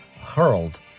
hurled